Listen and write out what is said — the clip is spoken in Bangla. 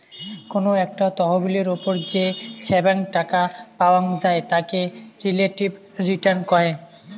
কোনো একটা তহবিলের ওপর যে ছাব্যাং টাকা পাওয়াং যাই তাকে রিলেটিভ রিটার্ন কহে